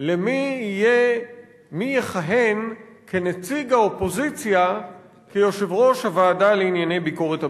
מי יכהן כנציג האופוזיציה כיושב-ראש הוועדה לענייני ביקורת המדינה.